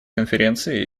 конференции